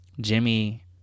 Jimmy